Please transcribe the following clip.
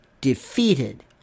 defeated